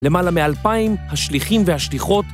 למעלה מאלפיים השליחים והשליחות